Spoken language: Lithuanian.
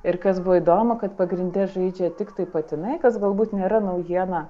ir kas buvo įdomu kad pagrinde žaidžia tiktai patinai kas galbūt nėra naujiena